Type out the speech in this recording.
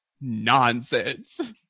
nonsense